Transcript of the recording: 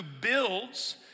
builds